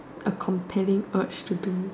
a compelling urge to do